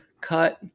cut